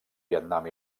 vietnam